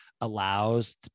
allows